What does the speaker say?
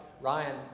Ryan